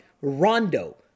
Rondo